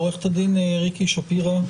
עו"ד ריקי שפירא,